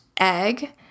egg